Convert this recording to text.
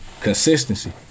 consistency